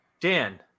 Dan